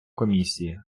комісії